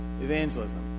evangelism